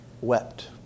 wept